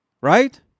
Right